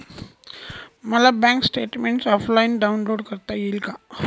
मला bank statement offline download करता येईल का?